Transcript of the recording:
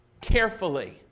carefully